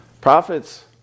prophets